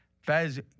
Fez –